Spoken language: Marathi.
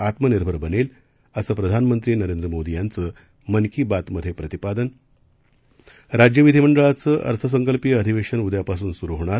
आत्मनिर्भर बनेल असं प्रधानमंत्री नरेंद्र मोदी यांचं मन की बात मधे प्रतिपादन राज्य विधीमंडळाचं अर्थसंकल्पीय आधिवेशन उद्यापासून सुरू होणार